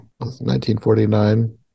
1949